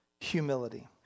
humility